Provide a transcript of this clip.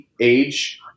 age